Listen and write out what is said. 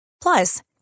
Plus